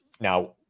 now